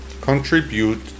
contribute